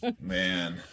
Man